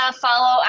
follow